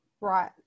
Right